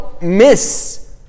miss